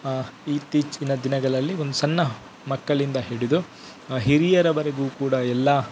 ಇತ್ತೀಚಿನ ದಿನಗಳಲ್ಲಿ ಒಂದು ಸಣ್ಣ ಮಕ್ಕಳಿಂದ ಹಿಡಿದು ಹಿರಿಯರವರೆಗೂ ಕೂಡ ಎಲ್ಲ